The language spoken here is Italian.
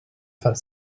far